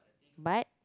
but